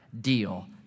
deal